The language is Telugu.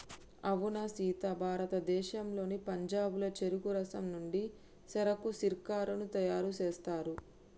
అవునా సీత భారతదేశంలోని పంజాబ్లో చెరుకు రసం నుండి సెరకు సిర్కాను తయారు సేస్తారు